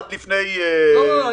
עד לפני שבוע --- לא,